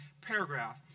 paragraph